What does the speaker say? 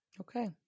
okay